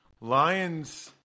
Lions